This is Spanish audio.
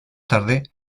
tarde